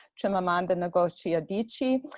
chimamanda and ngozi adichie.